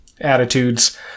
attitudes